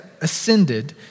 ascended